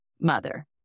mother